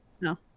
no